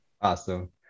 Awesome